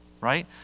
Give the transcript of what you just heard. right